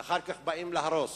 ואחר כך באים להרוס,